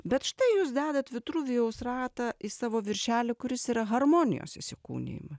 bet štai jūs dedat vitruvijaus ratą į savo viršelį kuris yra harmonijos įsikūnijimas